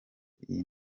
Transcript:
iyo